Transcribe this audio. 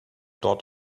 dot